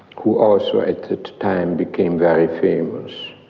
who also at that time became very famous.